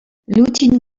l’outil